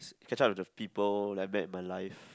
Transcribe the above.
catch up with the people like met in my life